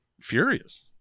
furious